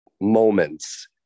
moments